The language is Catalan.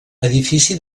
edifici